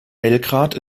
belgrad